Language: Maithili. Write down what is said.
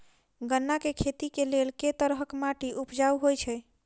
गन्ना केँ खेती केँ लेल केँ तरहक माटि उपजाउ होइ छै?